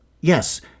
yes